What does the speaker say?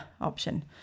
option